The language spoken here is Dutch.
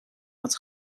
had